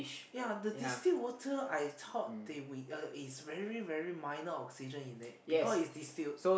ya the distilled water I thought they will uh is very very minor oxygen in there because it's distilled